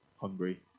hungry